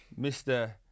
Mr